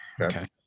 Okay